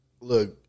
Look